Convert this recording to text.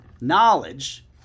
knowledge